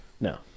No